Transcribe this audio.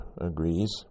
agrees